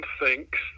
thinks